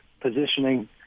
positioning